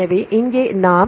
எனவே இங்கே நாம் 0